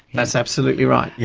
that's absolutely right, yeah